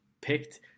picked